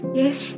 yes